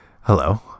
hello